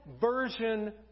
version